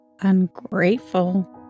Ungrateful